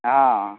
हँ